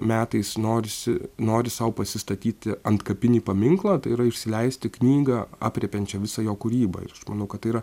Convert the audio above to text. metais norisi nori sau pasistatyti antkapinį paminklą tai yra išsileisti knygą aprėpiančią visą jo kūrybą ir manau kad tai yra